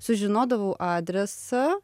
sužinodavau adresą